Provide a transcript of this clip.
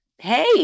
hey